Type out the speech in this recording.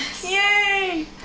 Yay